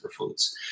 superfoods